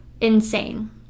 insane